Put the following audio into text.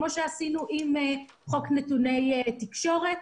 כמו שעשינו בחוק נתוני תקשורת.